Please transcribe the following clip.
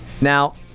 Now